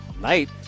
night